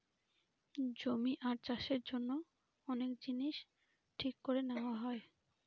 জমি আর চাষের জন্য অনেক জিনিস ঠিক করে নেওয়া হয়